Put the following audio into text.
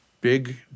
big